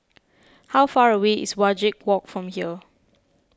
how far away is Wajek Walk from here